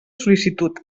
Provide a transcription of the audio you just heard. sol·licitud